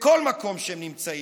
בכל מקום שהם נמצאים,